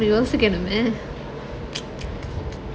யோசிக்கணுமே:yosikanumae